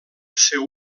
seu